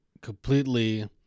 completely